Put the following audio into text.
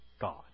God